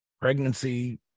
pregnancy